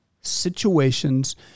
situations